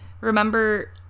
Remember